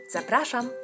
Zapraszam